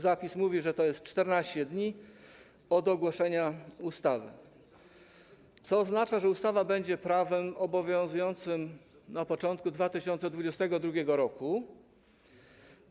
Zapis mówi, że to jest 14 dni od ogłoszenia ustawy, co oznacza, że ustawa będzie prawem obowiązującym na początku 2022 r.